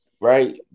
right